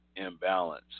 imbalance